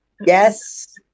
Yes